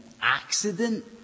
accident